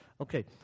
Okay